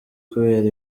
kubera